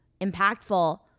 impactful